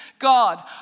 God